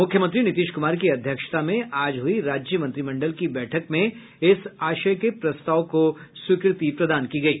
मुख्यमंत्री नीतीश कुमार की अध्यक्षता में आज हुई राज्य मंत्रिमंडल की बैठक में इस आशय के प्रस्ताव को स्वीकृति प्रदान की गयी